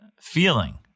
feeling